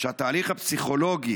שהתהליך הפסיכולוגי,